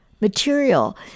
material